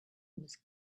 was